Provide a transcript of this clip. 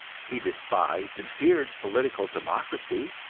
he despised and feared political democracy,